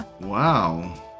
Wow